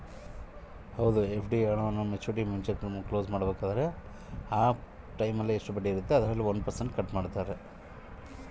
FD ಹಣವನ್ನು ಮೆಚ್ಯೂರಿಟಿಗೂ ಮುಂಚೆನೇ ಬಿಡಿಸಿದರೆ ಏನಾದರೂ ಬಡ್ಡಿ ಕೊಡೋದರಲ್ಲಿ ಕಟ್ ಮಾಡ್ತೇರಾ?